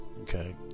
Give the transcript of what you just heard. okay